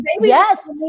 yes